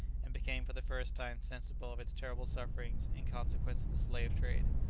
and became for the first time sensible of its terrible sufferings in consequence of the slave-trade.